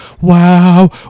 wow